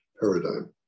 paradigm